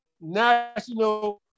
National